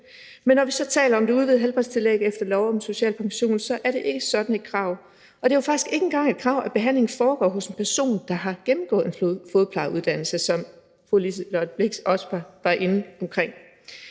Men når vi så taler om det udvidede helbredstillæg efter lov om social pension, er der ikke sådan et krav. Det er jo faktisk ikke engang et krav, at behandlingen foregår hos en person, der har gennemgået en fodplejeuddannelse, som fru Liselott Blixt også var inde på.